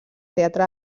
teatre